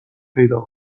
پیدا